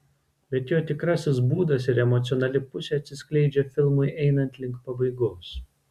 bet jo tikrasis būdas ir emocionali pusė atsiskleidžia filmui einant link pabaigos